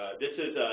this is,